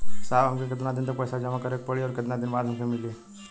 साहब हमके कितना दिन तक पैसा जमा करे के पड़ी और कितना दिन बाद हमके मिली?